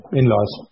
in-laws